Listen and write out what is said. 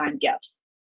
gifts